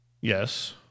Yes